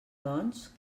doncs